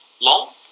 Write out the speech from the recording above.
long